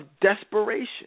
desperation